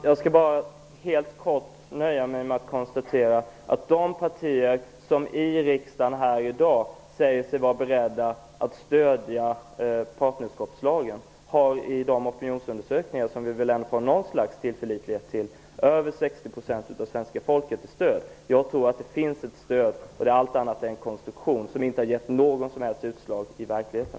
Herr talman! Jag skall nöja mig med att konstatera helt kort att de partier här i riksdagen som i dag säger sig vara beredda att stödja partnerskapslagen i opinionsundersökningarna har stöd hos över 60 % av svenska folket. Vi har väl ändå något slags tilltro till opinionsundersökningar. Jag tror att det finns ett stöd. Allt annat är en konstruktion som inte har gett något som helst utslag i verkligheten.